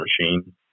machine